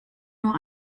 nur